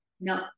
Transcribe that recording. No